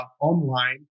online